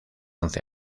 once